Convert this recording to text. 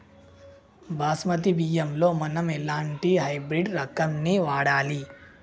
బాస్మతి బియ్యంలో మనం ఎలాంటి హైబ్రిడ్ రకం ని వాడాలి?